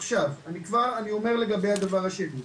עכשיו, אני כבר אומר לגבי הדבר השני.